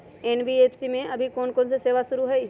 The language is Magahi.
एन.बी.एफ.सी में अभी कोन कोन सेवा शुरु हई?